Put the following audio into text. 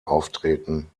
auftreten